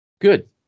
Good